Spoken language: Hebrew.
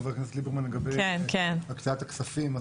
חבר הכנסת ליברמן לגבי הקצאת הכספים?